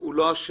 הוא לא אשם?